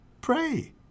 pray